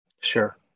Sure